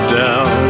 down